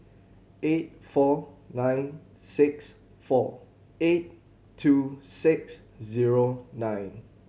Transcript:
eight four nine six four eight two six zero nine